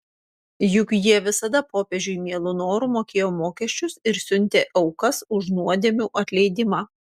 juk jie visada popiežiui mielu noru mokėjo mokesčius ir siuntė aukas už nuodėmių atleidimą